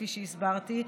כפי שהסברתי,